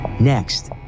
Next